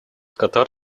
катар